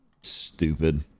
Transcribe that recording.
stupid